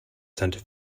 center